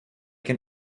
can